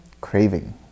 Craving